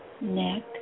neck